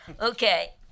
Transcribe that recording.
Okay